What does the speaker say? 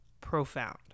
profound